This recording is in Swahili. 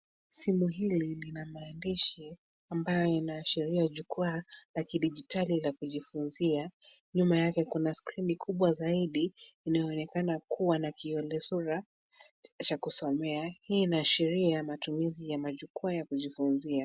Simu hili lina maandishi ambayo inaashiria jukwaa la kidijitali la kujifunzia. Nyuma yake kuna skrini kubwa zaidi, lililoonekana kuwa na kiole sura cha kusomea. Hii inaashiria matumizi ya majukwaa ya kujifunzia.